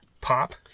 pop